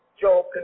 Job